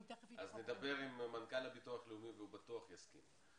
נדבר עם מנכ"ל הביטוח הלאומי ובטוח הוא יסכים.